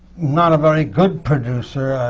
not a very good producer,